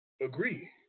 Agree